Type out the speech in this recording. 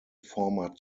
former